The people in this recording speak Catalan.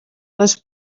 les